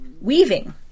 weaving